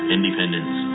Independence